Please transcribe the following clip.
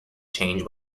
change